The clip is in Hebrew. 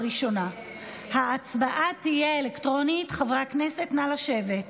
התרבות והספורט נתקבלה.